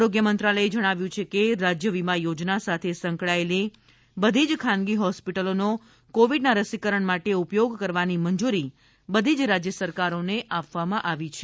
આરોગ્ય મંત્રાલયે જણાવ્યું છે કે રાજ્ય વિમા યોજના સાથે સંકળાયેલી બધી જ ખાનગી હોસ્પિટલોનો કોવિડના રસીકરણ માટે ઉપયોગ કરવાની મંજૂરી બધી જ રાજ્ય સરકારોને આપવામાં આવી છે